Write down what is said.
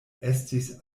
estis